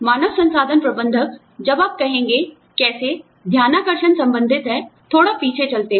मानव संसाधन प्रबंधक जब आप कहेंगे कैसे ध्यानाकर्षणसंबंधित है थोड़ा पीछे चलते हैं